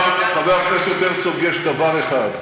אבל, חבר הכנסת הרצוג, יש דבר אחד,